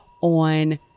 on